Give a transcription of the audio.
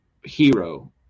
hero